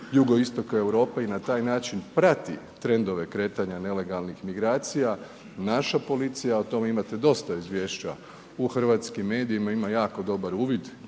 jugoistoka Europe i na taj način prati trendove kretanja nelegalnih migracija, naša policija, o tome imate dosta izvješća u hrvatskim medijima, ima jako dobar uvid